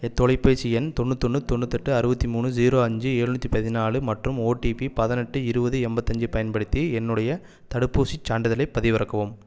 தொலைபேசி எண் தொண்ணூத் தொன்னு தொண்ணூத்தெட்டு அறுபத்தி மூணு ஜீரோ அஞ்சு எழுநூற்றி பதினாழு மற்றும் ஓடிபி பதினெட்டு இருபது எண்பத்தஞ்சு பயன்படுத்தி என்னுடைய தடுப்பூசிச் சான்றிதழைப் பதிவிறக்கவும்